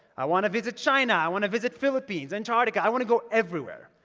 i want to visit china. i want to visit philippines, antarctica. i want to go everywhere.